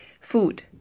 Food